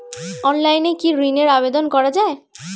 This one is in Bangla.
অনলাইনে কি ঋণের আবেদন করা যায়?